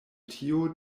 tio